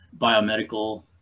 biomedical